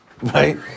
right